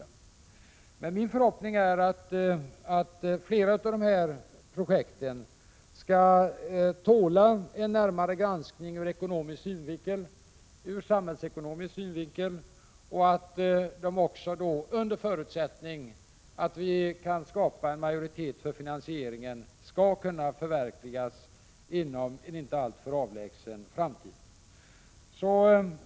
Det är min förhoppning att flera av dessa projekt skall tåla en närmare granskning ur samhällsekonomisk synvinkel och att de också, under förutsättning att vi kan skapa en majoritet för finansieringen, skall kunna förverkligas inom en inte alltför avlägsen framtid.